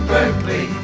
Berkeley